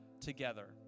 together